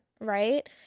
right